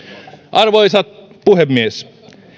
arvoisa puhemies